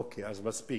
אוקיי, אז מספיק.